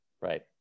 right